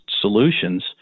Solutions